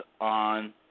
on